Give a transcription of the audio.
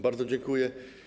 Bardzo dziękuję.